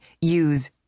use